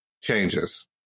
changes